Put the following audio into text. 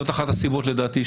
לדעתי זו אחת הסיבות שאנשים,